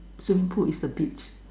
swimming pool it's the beach